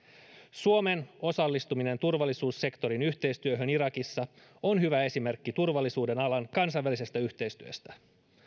suomen osallistuminen turvallisuussektorin yhteistyöhön irakissa on hyvä esimerkki turvallisuuden alan kansainvälisestä yhteistyöstä